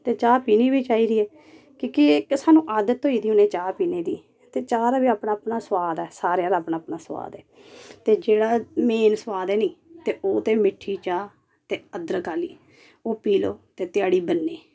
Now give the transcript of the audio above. ते चाह् पीनी बी चाहिदी ऐ की कि एह् साह्नूं आदत होई गेदी ऐ चाह् पीने दी ते चाह् दा अपना अपना सोआद ऐ सारेआं दा अपना अपना सोआद ऐ ते जेह्ड़ा में सोआद ऐ निं ते ओह् ते मिट्ठी चाह् ते अदरक आह्ली ओह् पी लैओ ते ध्याड़ी बने